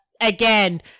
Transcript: again